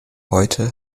heute